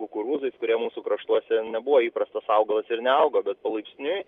kukurūzais kurie mūsų kraštuose nebuvo įprastas augalas ir neaugo bet palaipsniui